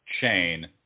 chain